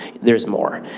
there's more.